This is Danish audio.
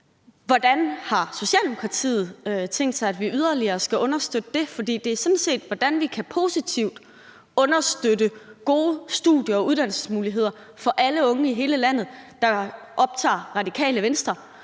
Hvordan har Socialdemokratiet tænkt sig, at vi yderligere skal understøtte det, for det er sådan set, hvordan vi positivt kan understøtte gode studie- og uddannelsesmuligheder for alle unge i hele landet, der optager Radikale Venstre.